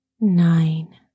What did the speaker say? Nine